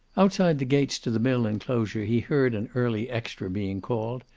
outside the gates to the mill enclosure he heard an early extra being called,